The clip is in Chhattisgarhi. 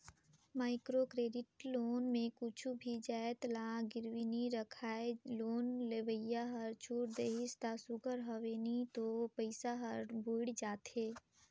माइक्रो क्रेडिट लोन में कुछु भी जाएत ल गिरवी नी राखय लोन लेवइया हर छूट देहिस ता सुग्घर हवे नई तो पइसा हर बुइड़ जाथे